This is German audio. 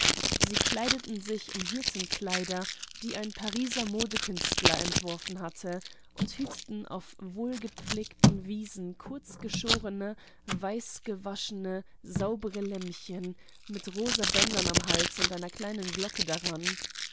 sie kleideten sich in hirtenkleider die ein pariser modekünstler entworfen hatte und hüteten auf wohlgepflegten wiesen kurz geschorene weiß gewaschene saubere lämmchen mit rosa bändern am hals und einer kleinen glocke daran